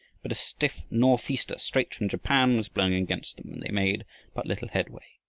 but a stiff northeaster straight from japan was blowing against them, and they made but little headway.